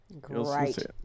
Great